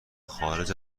خارج